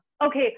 Okay